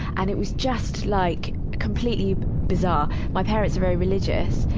and it was just, like, completely bizarre. my parents are very religious,